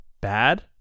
bad